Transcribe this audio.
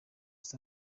east